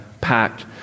packed